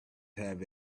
have